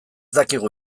dakigu